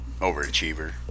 Overachiever